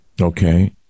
Okay